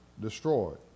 destroyed